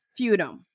feudum